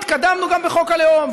התקדמנו גם בחוק הלאום,